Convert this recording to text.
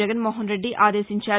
జగన్మోహన్రెడ్డి ఆదేశించారు